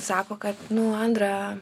sako kad nu andra